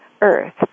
Earth